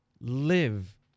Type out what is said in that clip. live